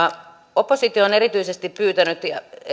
oppositio on erityisesti pyytänyt